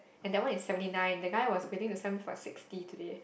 and that one is seventy nine that guy was willing to sell me for sixty today